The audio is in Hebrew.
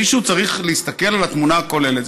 מישהו צריך להסתכל על התמונה הכוללת.